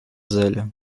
зале